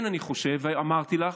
אני חושב, ואמרתי לך,